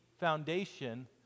foundation